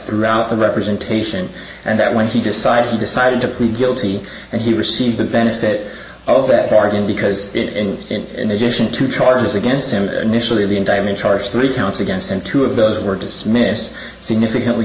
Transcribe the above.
throughout the representation and that when he decided he decided to plead guilty and he received the benefit of that bargain because in in addition to charges against him initially the indictment charges three counts against and two of those were dismissed significantly